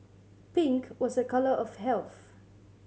pink was a colour of health